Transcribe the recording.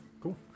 cool